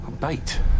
Bait